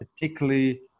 Particularly